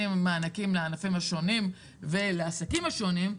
במענקים לענפים השונים ולעסקים השונים,